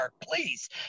please